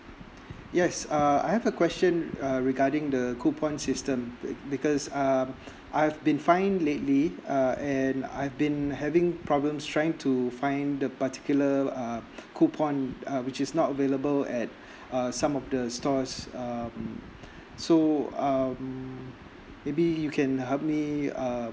yes uh I have a question uh regarding the the coupon system be~ because um I've been fine lately uh and I've been having problems trying to find the particular uh coupon uh which is not available at uh some of the stores um so um maybe you can help me um